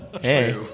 Hey